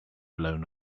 blown